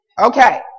Okay